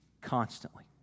constantly